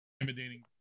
intimidating